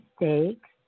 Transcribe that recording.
mistakes